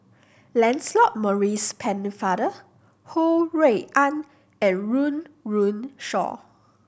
Lancelot Maurice Pennefather Ho Rui An and Run Run Shaw